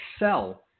excel